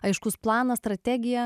aiškus planas strategija